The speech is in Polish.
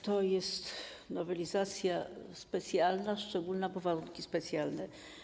To jest nowelizacja specjalna, szczególna, bo warunki są specjalne.